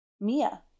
Mia